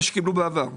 מה שקיבלו בעבר.